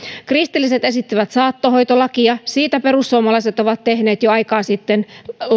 kristilliset esittivät saattohoitolakia siitä perussuomalaiset ovat tehneet jo aikaa sitten